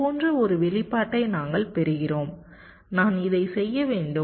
இது போன்ற ஒரு வெளிப்பாட்டை நாங்கள் பெறுகிறோம் நான் இதைச் செய்ய வேண்டும்